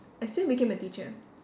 I still became a teacher